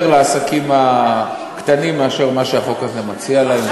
לעסקים הקטנים מאשר מה שהחוק הזה מציע להם,